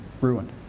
ruined